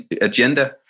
agenda